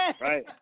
Right